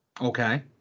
Okay